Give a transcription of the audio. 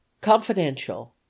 Confidential